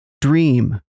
Dream